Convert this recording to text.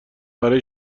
برا